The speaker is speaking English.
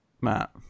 Matt